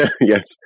Yes